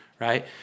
right